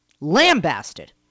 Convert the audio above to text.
lambasted